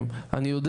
ואני מאמין בכם,